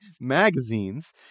magazines